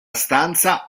stanza